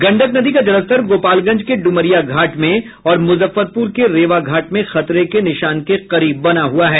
गंडक नदी का जलस्तर गोपालगंज के डुमरिया घाट में और मुजफ्फरपुर के रेवा घाट में खतरे के निशान के करीब बना हुआ है